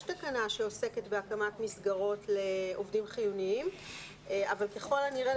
יש תקנה שעוסקת בהקמת מסגרות לעובדים חיוניים אבל ככל הנראה,